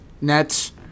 Nets